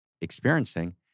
experiencing